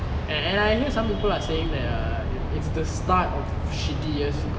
and I knew some people are saying that err it's the start of shitty years to come